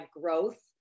growth